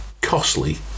costly